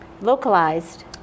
localized